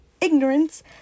ignorance